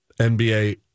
NBA